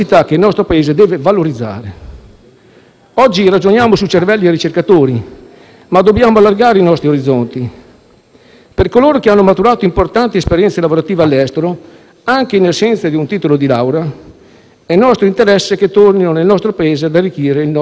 Oggi ragioniamo su cervelli e ricercatori, ma dobbiamo allargare i nostri orizzonti. Per coloro che hanno maturato importanti esperienze lavorative all'estero, anche in assenza di un titolo di laurea, è nostro interesse che tornino nel nostro Paese ad arricchire il nostro tessuto lavorativo e produttivo.